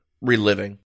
reliving